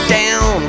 down